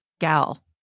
gal